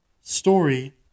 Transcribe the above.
story